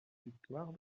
victoire